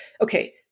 okay